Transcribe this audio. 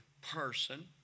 person